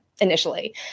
initially